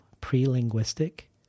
pre-linguistic